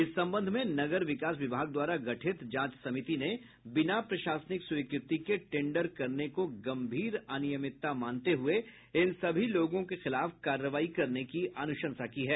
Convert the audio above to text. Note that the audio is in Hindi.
इस संबंध में नगर विकास विभाग द्वारा गठित जांच समिति ने बिना प्रशासनिक स्वीकृति के टेंडर करने को गम्भीर अनियमितता मानते हुये इन सभी लोगों के खिलाफ कार्रवाई करने की अनुशंसा की है